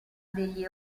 degli